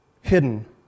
hidden